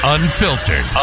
Unfiltered